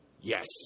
yes